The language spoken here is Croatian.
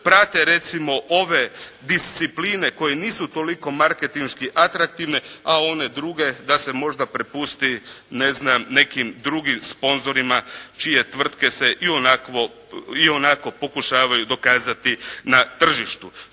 prate recimo ove discipline koje nisu toliko marketinški atraktivne a one druge da se možda prepusti ne znam nekim drugim sponzorima čije tvrtke se ionako pokušavaju dokazati na tržištu.